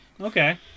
Okay